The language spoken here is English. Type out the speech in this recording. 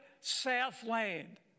southland